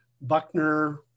Buckner